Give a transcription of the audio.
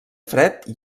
fred